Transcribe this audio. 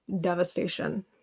devastation